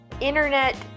Internet